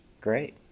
Great